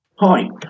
Hi